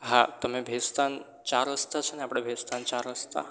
હા તમે ભેસ્તાન ચાર રસ્તા છે ને આપણે ભેસ્તાન ચાર રસ્તા